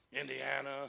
Indiana